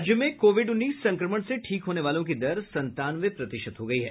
राज्य में कोविड उन्नीस संक्रमण से ठीक होने वालों की दर संतानवे प्रतिशत हो गयी है